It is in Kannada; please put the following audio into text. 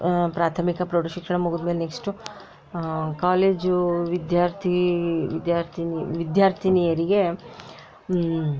ಪ್ರಾಥಮಿಕ ಪ್ರೌಢ ಶಿಕ್ಷಣ ಮುಗಿದಮೇಲೆ ನೆಕ್ಷ್ಟ್ ಕಾಲೇಜ್ ವಿದ್ಯಾರ್ಥಿ ವಿದ್ಯಾರ್ಥಿನಿ ವಿದ್ಯಾರ್ಥಿನಿಯರಿಗೆ